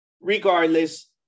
regardless